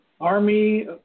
Army